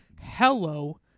hello